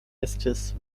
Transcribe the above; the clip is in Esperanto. estis